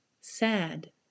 sad